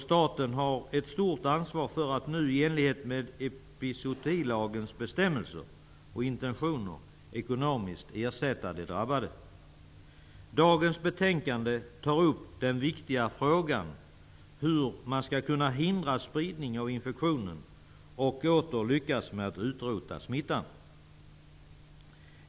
Staten har ett stort ansvar för att nu i enlighet med epizootilagens bestämmelser och intentioner ekonomiskt ersätta de drabbade. Dagens betänkande tar upp den viktiga frågan hur man skall kunna hindra spridning av infektionen och åter lyckas med att utrota smittan.